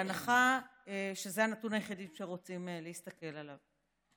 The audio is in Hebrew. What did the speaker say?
בהנחה שזה הנתון היחידי שרוצים להסתכל עליו.